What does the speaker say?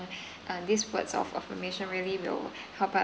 uh these words of affirmation really will help us